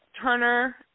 Turner